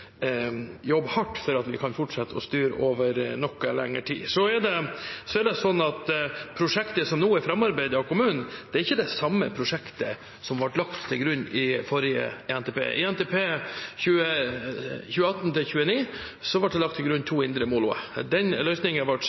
hardt for at vi kan fortsette å styre over noe lengre tid. Det prosjektet som nå er framarbeidet av kommunen, er ikke det samme prosjektet som ble lagt til grunn i forrige NTP. I NTP 2018–2029 ble det lagt til grunn to indre moloer. Den løsningen